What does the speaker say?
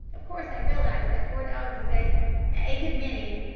of course, i realize that four dogs is a a good many,